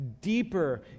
Deeper